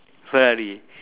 Ferrari